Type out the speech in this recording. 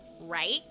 right